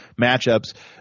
matchups